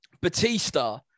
Batista